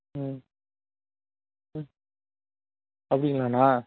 ம் ம் அப்படிங்களாண்ணா